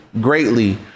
greatly